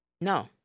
No